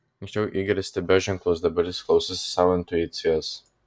anksčiau igoris stebėjo ženklus dabar jis klausosi savo intuicijos